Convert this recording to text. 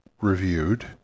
reviewed